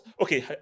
Okay